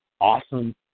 awesome